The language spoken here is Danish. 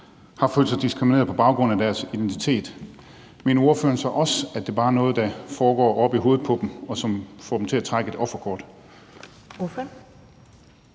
har følt sig diskrimineret på baggrund af sin identitet, mener ordføreren så også, at det bare er noget, der foregår oppe i hovedet på dem, og som får dem til at trække et offerkort?